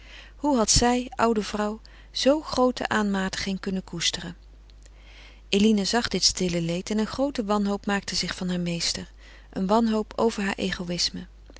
hoe had zij oude vrouw zoo groote aanmatiging kunnen koesteren eline zag dit stille leed en een groote wanhoop maakte zich van haar meester een wanhoop over haar egoïsme